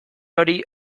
hori